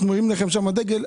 אנחנו מרימים לכם דגל,